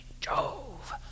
Jove